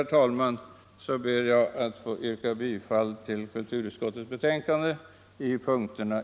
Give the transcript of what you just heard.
Med det anförda ber jag att yrka bifall till utskottets hemställan.